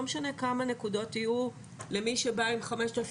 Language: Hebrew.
לא משנה כמה נקודות יהיו למי שבא עם 5,000